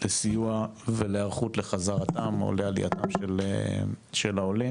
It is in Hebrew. לסיוע והערכות לחזרתם, או לעלייתם של העולים.